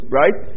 right